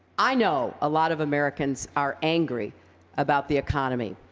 i know a lot of americans are angry about the economy.